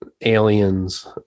aliens